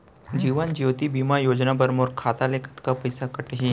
जीवन ज्योति बीमा योजना बर मोर खाता ले कतका पइसा कटही?